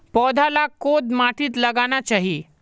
पौधा लाक कोद माटित लगाना चही?